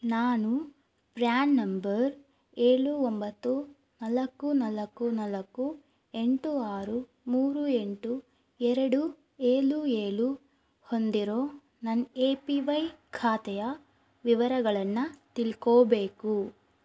ನಾನು PAN number ಏಳು ಒಂಬತ್ತು ನಾಲ್ಕು ನಾಲ್ಕು ನಾಲ್ಕು ಎಂಟು ಆರು ಮೂರು ಎಂಟು ಎರಡು ಏಳು ಏಳು ಹೊಂದಿರೋ ನನ್ನ ಎ ಪಿ ವೈ ಖಾತೆಯ ವಿವರಗಳನ್ನು ತಿಳ್ಕೊಬೇಕು